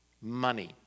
money